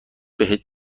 بهت